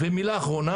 ולבסוף,